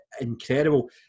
incredible